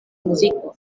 muziko